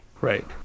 right